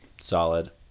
solid